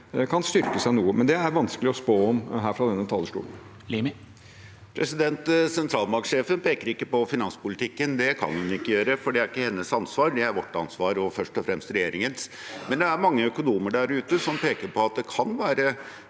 den styrker seg noe, men det er vanskelig å spå om fra denne talerstolen. Hans Andreas Limi (FrP) Sentralbank- sjefen peker ikke på finanspolitikken. Det kan hun ikke gjøre, for det er ikke hennes ansvar. Det er vårt ansvar og først og fremst regjeringens. Det er imidlertid mange økonomer der ute som peker på at det kan være